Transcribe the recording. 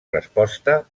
resposta